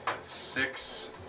six